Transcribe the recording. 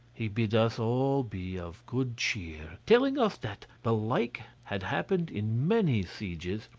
he bid us all be of good cheer, telling us that the like had happened in many sieges,